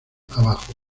abajo